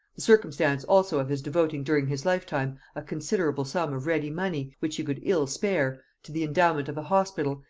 the circumstance also of his devoting during his lifetime a considerable sum of ready money, which he could ill spare, to the endowment of a hospital,